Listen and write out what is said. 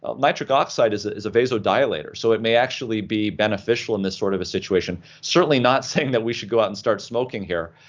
ah nitric oxide is ah is a vasodilator so it may actually be beneficial in this sort of a situation. certainly not saying that we should go out and start smoking here,